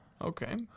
Okay